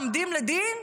עומדים לדין?